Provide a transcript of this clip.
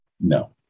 No